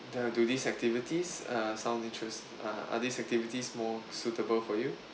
uh do these activities uh sound interest~ uh are these activities more suitable for you